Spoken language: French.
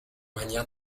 manière